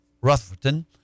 Rutherford